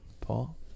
Paul